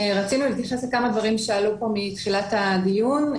רצינו להדגיש כמה דברים שעלו כאן מתחילת הדיון.